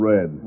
Red